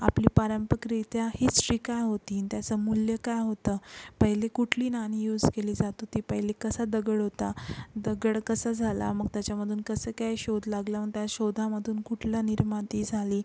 आपली पारंपकरित्या हिस्ट्री काय होती न् त्याचं मूल्य काय होतं पहिले कुठली नाणी यूस केली जात होती पहिले कसा दगड होता दगड कसा झाला मग त्याच्यामधून कसं काय शोध लागला मग त्या शोधामधून कुठला निर्मिती झाली